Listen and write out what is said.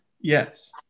yes